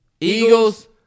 Eagles